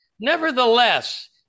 nevertheless